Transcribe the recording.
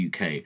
UK